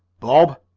bob,